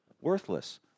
worthless